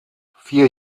vier